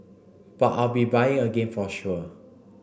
but I'll be buying again for sure